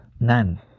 None